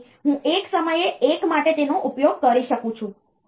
તેથી હું એક સમયે એક માટે તેનો ઉપયોગ કરી શકું છું